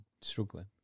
struggling